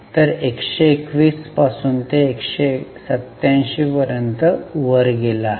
तर १२१ पासून ते 187 वर गेले आहे